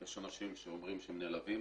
יש אנשים שאומרים שהם נעלבים,